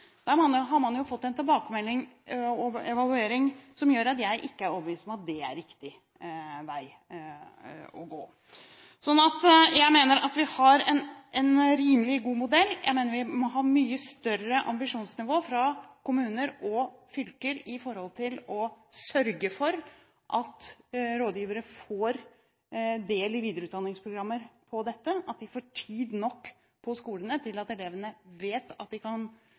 der har man jo fått en tilbakemelding og evaluering som gjør at jeg ikke er overbevist om at det er riktig vei å gå. Jeg mener at vi har en rimelig god modell. Jeg mener vi må ha mye større ambisjonsnivå i kommuner og fylker for å sørge for at rådgivere får del i videreutdanningsprogrammer på dette feltet, at de får tid nok på skolene til at elevene vet at de kan